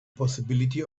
possibility